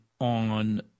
on